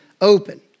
open